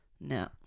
No